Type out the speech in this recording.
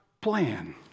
plan